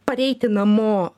pareiti namo